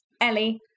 Ellie